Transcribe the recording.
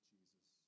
Jesus